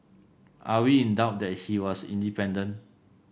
are we in doubt that he was independent